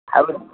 hello